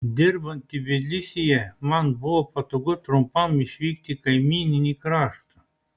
dirbant tbilisyje man buvo patogu trumpam išvykti į kaimyninį kraštą